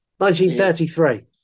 1933